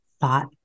thought